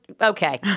okay